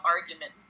argument